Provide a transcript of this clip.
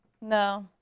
No